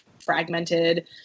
fragmented